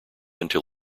until